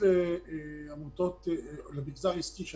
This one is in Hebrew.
אני